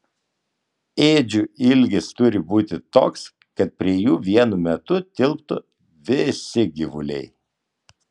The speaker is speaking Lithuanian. ėdžių ilgis turi būti toks kad prie jų vienu metu tilptų visi gyvuliai